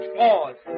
pause